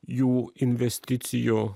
jų investicijų